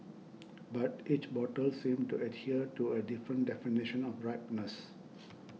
but each bottle seemed to adhere to a different definition of ripeness